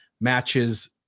matches